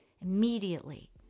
immediately